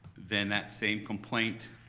then that same complaint,